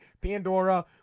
Pandora